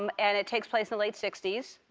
um and it takes place in the late sixty s,